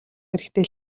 хэрэгтэй